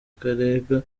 karega